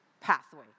pathway